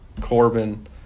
Corbin